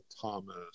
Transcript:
Thomas